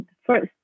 first